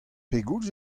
pegoulz